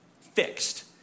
fixed